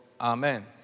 Amen